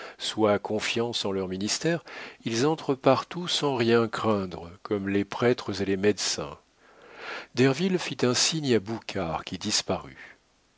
soit confiance en leur ministère ils entrent partout sans rien craindre comme les prêtres et les médecins derville fit un signe à boucard qui disparut